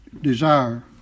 desire